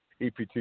EPT